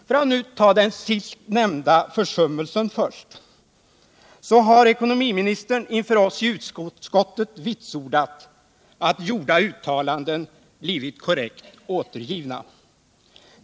För att nu ta den sist nämnda försummelsen först har ekonomiministern inför oss i utskottet vitsordat att gjorda uttalanden blivit korrekt återgivna.